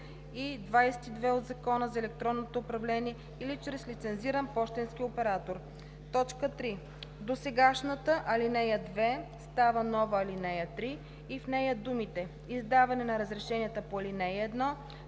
и 22 от Закона за електронното управление или чрез лицензиран пощенски оператор.“ 3. Досегашната ал. 2 става нова ал. 3 и в нея думите „издаване на разрешенията по ал. 1“